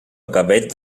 gavet